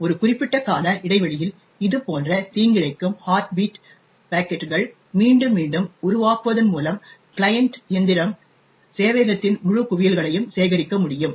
ஒரு குறிப்பிட்ட கால இடைவெளியில் இதுபோன்ற தீங்கிழைக்கும் ஹார்ட் பீட் பாக்கெட்டுகளை மீண்டும் மீண்டும் உருவாக்குவதன் மூலம் கிளையன்ட் இயந்திரம் சேவையகத்தின் முழு குவியல்களையும் சேகரிக்க முடியும்